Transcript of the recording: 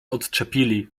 odczepili